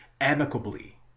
amicably